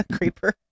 creeper